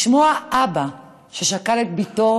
לשמוע אבא ששכל את בתו